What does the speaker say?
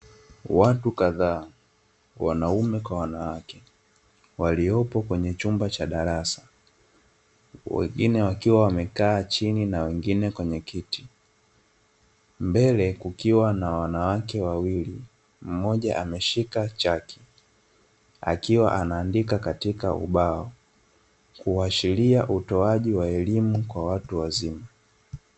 Watu kadhaa wanaume kwa wanawake waliopo kwenye chumba cha darasa, wengine wakiwa wamekaa chini na wengine kwenye kiti. Mbele kukiwa na wanawake wawili mmoja ameshika chaki akiwa anaandika katika ubao kuashiria utoaji wa elimu kwa watu wazima.